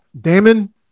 Damon